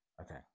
Okay